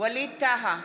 ווליד טאהא,